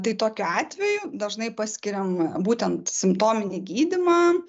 tai tokiu atveju dažnai paskiriam būtent simptominį gydymą